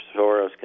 Soros